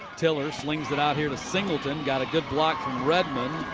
taylor slings it out here to singleton. got a good block from redmond.